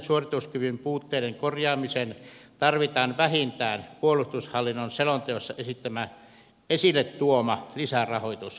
materiaalisten suorituskykypuutteiden korjaamiseen tarvitaan vähintään puolustushallinnon selonteossa esille tuoma lisärahoitus